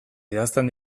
idazten